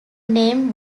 name